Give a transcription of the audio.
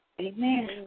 Amen